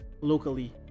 Locally